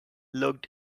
looked